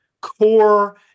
core